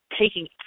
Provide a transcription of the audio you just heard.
taking